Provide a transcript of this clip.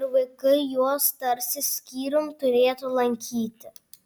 ir vaikai juos tarsi skyrium turėtų lankyti